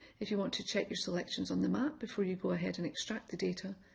if you want to check your selections on the map before you go ahead and extract the data,